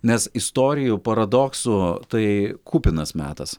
nes istorijų paradoksų tai kupinas metas